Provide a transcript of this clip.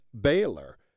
Baylor